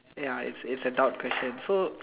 ya is a doubt question so